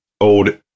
old